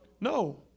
No